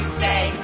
stay